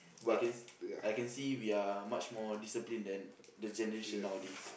I can s~ I can see we are much more discipline than the generation nowadays